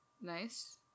Nice